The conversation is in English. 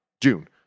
June